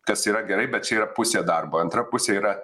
kas yra gerai bet čia yra pusė darbo antra pusė yra